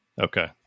Okay